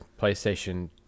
PlayStation